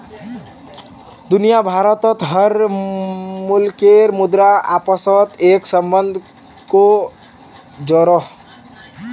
दुनिया भारोत हर मुल्केर मुद्रा अपासोत एक सम्बन्ध को जोड़ोह